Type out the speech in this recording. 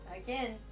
again